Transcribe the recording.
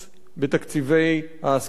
בתקציבי ההשכלה הגבוהה.